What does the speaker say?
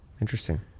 interesting